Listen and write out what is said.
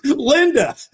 Linda